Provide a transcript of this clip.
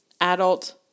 adult